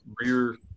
rear